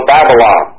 Babylon